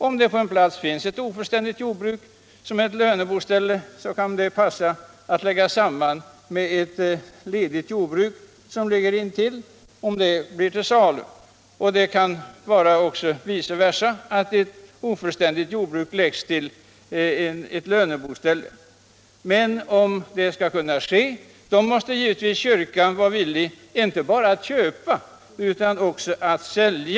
Om det på en plats finns ett ofullständigt jordbruk som är ett löneboställe, så kan det där passa att till detta läggs ett ledigt jordbruk intill — eller att det säljs för sammanläggning med ett annat ofullständigt jordbruk. Men om det skall kunna ske så måste givetvis kyrkan vara villig inte bara att köpa utan också att sälja.